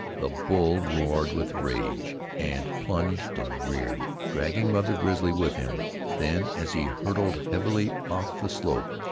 the bull roared with rage, and plunged and reared, dragging mother grizzly with him then, as he hurled heavily off the slope,